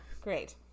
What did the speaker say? great